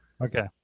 Okay